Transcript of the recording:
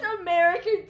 American